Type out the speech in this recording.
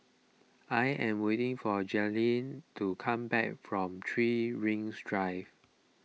I am waiting for Jaylyn to come back from three Rings Drive